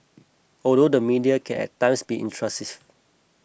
although the media can at times be intrusive